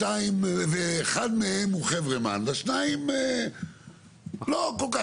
ואחד מהם הוא חברמן והשניים לא כל כך